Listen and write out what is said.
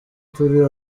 turi